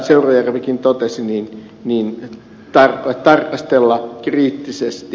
seurujärvikin totesi tarkastella kriittisesti